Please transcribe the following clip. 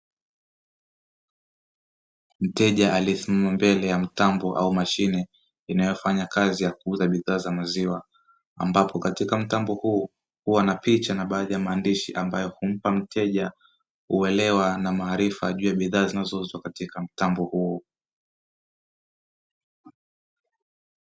Mteja aliyesimama mbele ya mtambo au mashine inayofanya kazi ya kuuza bidhaa za maziwa, ambapo katika mtambo huu huwa na picha na baadhi ya maandishi ambayo humpa mteja uelewa na maarifa juu ya bidhaa zinazouzwa katika mtambo huo.